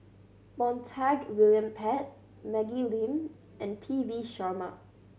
Montague William Pett Maggie Lim and P V Sharma